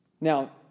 Now